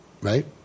Right